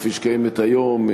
כפי שקיימת היום,